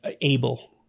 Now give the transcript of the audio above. able